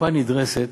לאסקופה נדרסת